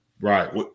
Right